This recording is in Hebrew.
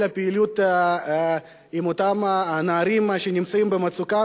כל הפעילות עם אותם נערים שנמצאים במצוקה,